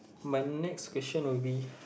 my next question will be